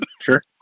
sure